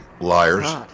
Liars